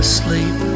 Asleep